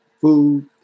food